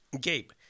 Gabe